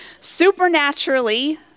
Supernaturally